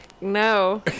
No